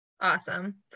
Awesome